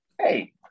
hey